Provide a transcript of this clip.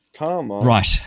Right